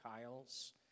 Kyles